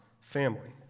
family